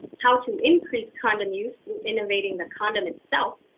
how to increase condom use through innovating the condom itself,